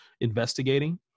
investigating